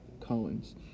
Collins